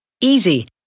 Easy